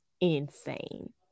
insane